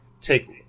take